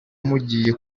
mugiye